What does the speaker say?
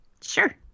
Sure